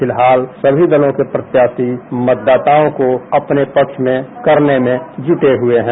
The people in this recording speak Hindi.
फिल्हाल सभी दलों के प्रत्याशी मतदाताओं को अपने पक्ष में करने में जुटे हुए हैं